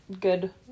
good